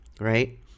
right